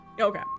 Okay